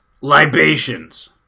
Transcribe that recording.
Libations